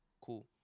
Cool